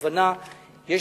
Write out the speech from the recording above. הכוונה היא,